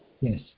Yes